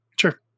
Sure